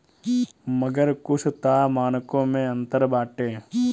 मगर कुछ तअ मानको मे अंतर बाटे